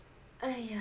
!aiya!